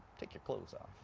take your clothes off.